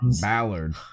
Ballard